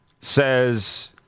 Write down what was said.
says